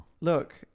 Look